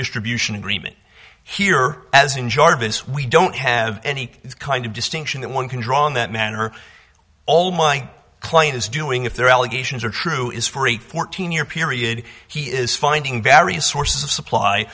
distribution agreement here as in jarvis we don't have any kind of distinction that one can draw in that manner all my client is doing if their allegations are true is for a fourteen year period he is finding various sources of supply